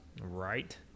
Right